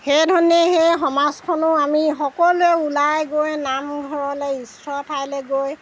সেই ধৰণেই সেই সমাজখনো আমি সকলোৱে ওলাই গৈ নামঘৰলৈ ঈশ্বৰৰ ঠাইলৈ গৈ